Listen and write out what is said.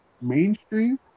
mainstream